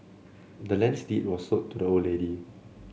the land's deed was sold to the old lady